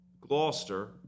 Gloucester